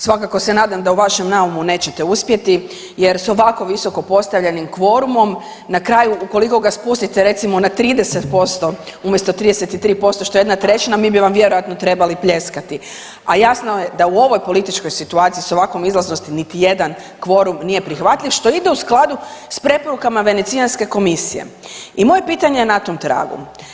Svakako se nadam da u vašem naumu nećete uspjeti jer s ovako visoko postavljenim kvorumom na kraju ukoliko ga spustite recimo na 30% umjesto 33% što je 1/3, mi bi vam vjerojatno trebali pljeskati, a jasno je da u ovoj političkoj situaciji s ovakvom izlaznosti niti jedan kvorum nije prihvatljiv što ide u skladu s preporukama Venecijanske komisije i moje je pitanje na tom tragu.